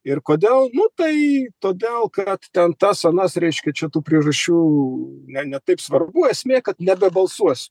ir kodėl nu tai todėl kad ten tas anas reiškia čia tų priežasčių ne ne taip svarbu esmė kad nebebalsuosiu